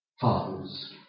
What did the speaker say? Fathers